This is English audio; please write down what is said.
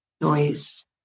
noise